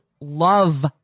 love